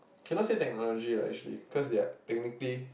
cannot say technology lah usually cause they're technically